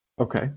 Okay